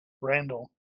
Randall